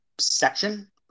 section